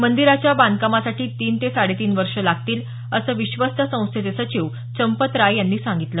मंदिराच्या बांधकामासाठी तीन ते साडेतीन वर्ष लागतील असं विश्वस्त संस्थेचे सचिव चंपत राय यांनी सांगितलं